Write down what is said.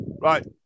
Right